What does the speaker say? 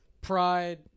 Pride